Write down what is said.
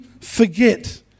forget